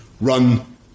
run